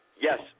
Yes